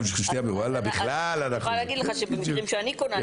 אני יכולה להגיד לך שבמקרים שאני קונה,